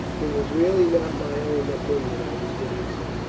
it was really not my own opinion i was giving, sir.